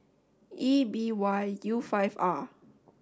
E B Y U five R